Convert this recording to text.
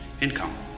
income